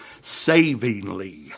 savingly